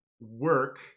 work